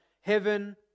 heaven